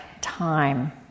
time